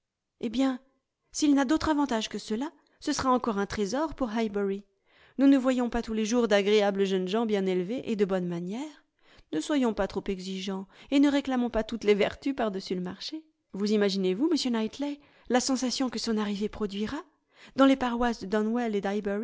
eh bien s'il n'a d'autres avantages que ceux-là ce sera encore un trésor pour highbury nous ne voyons pas tous les jours d'agréables jeunes gens bien élevés et de bonnes manières ne soyons pas trop exigeants et ne réclamons pas toutes les vertus par dessus le marché vous imaginez-vous monsieur knightley la sensation que son arrivée produira dans les paroisses de donwell et